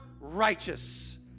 righteous